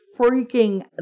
freaking